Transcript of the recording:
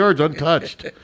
untouched